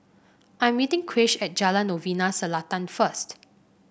I'm meeting Krish at Jalan Novena Selatan first